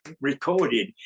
recorded